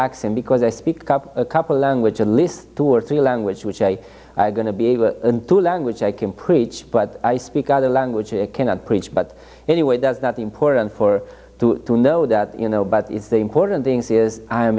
accent because i speak up a couple language a list two or three language which i going to be able to language i can preach but i speak other languages i cannot preach but anyway that's not important for to to know that you know but it's the important things is i